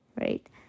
right